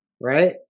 Right